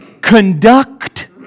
conduct